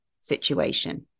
situation